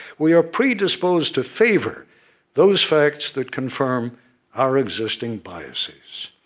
we are predisposed to favor those facts that confirm our existing biases,